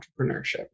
entrepreneurship